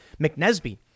McNesby